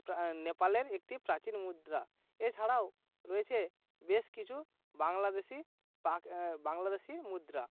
প্রা নেপালের একটি প্রাচীন মুদ্রা এছাড়াও রয়েছে বেশ কিছু বাংলাদেশী পাক বাংলাদেশী মুদ্রা